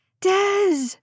Des